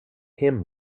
hymn